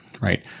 right